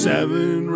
Seven